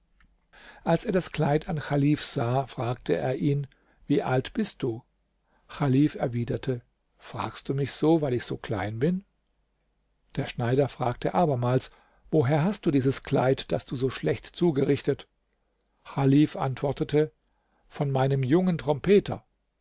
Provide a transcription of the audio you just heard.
als er das kleid an chalif sah fragte er ihn wie alt bist du chalif erwiderte fragst du mich so weil ich so klein bin der schneider fragte abermals woher hast du dieses kleid das du so schlecht zugerichtet chalif antwortete von meinem jungen trompeter